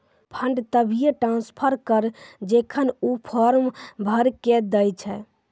fund तभिये transfer करऽ जेखन ऊ फॉर्म भरऽ के दै छै